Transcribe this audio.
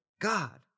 God